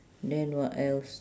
then what else